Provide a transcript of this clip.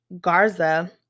Garza